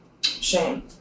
shame